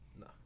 No